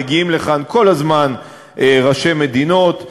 מגיעים לכאן כל הזמן ראשי מדינות.